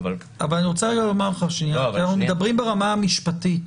אני רוצה לומר כי אנחנו מדברים ברמה המשפטית,